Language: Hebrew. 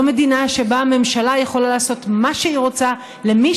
לא מדינה שבה הממשלה יכולה לעשות מה שהיא רוצה למי